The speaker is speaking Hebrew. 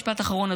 משפט אחרון,